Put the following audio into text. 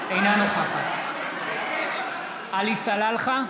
אינה נוכחת עלי סלאלחה,